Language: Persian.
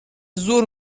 زور